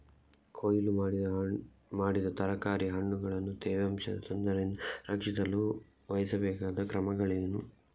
ಕೊಯ್ಲು ಮಾಡಿದ ತರಕಾರಿ ಹಣ್ಣುಗಳನ್ನು ತೇವಾಂಶದ ತೊಂದರೆಯಿಂದ ರಕ್ಷಿಸಲು ವಹಿಸಬೇಕಾದ ಕ್ರಮಗಳೇನು?